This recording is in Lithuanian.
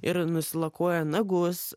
ir lakuoja nagus